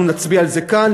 אנחנו נצביע על זה כאן,